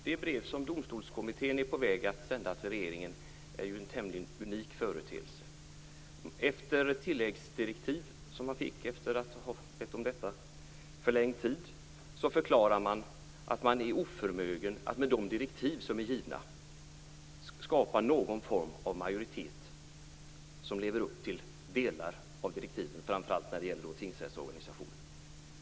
Fru talman! Det brev som Domstolskommittén är på väg att sända till regeringen är tämligen unikt. Efter tilläggsdirektiv, som man fick efter att ha bett om detta, förklarar man sig oförmögen att med de direktiv som är givna skapa någon form av majoritet som lever upp till delar av direktiven, framför allt när det gäller tingsrättsorganisationen.